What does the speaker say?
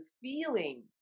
feeling